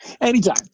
Anytime